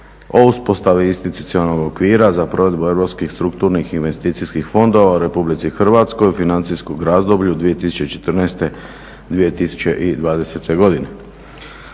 o uspostavi institucionalnog okvira za provedbu Europskih strukturnih i investicijskih fondova u Republici Hrvatskoj u financijskom razdoblju 2014.-2020. godine.